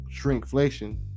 shrinkflation